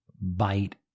bite